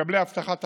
מקבלי הבטחת הכנסה,